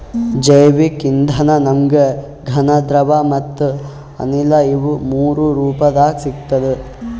ಜೈವಿಕ್ ಇಂಧನ ನಮ್ಗ್ ಘನ ದ್ರವ ಮತ್ತ್ ಅನಿಲ ಇವ್ ಮೂರೂ ರೂಪದಾಗ್ ಸಿಗ್ತದ್